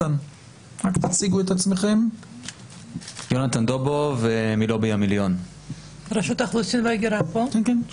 אחת המטרות שלנו היא הגברת העמיות בישראל,